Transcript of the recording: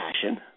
passion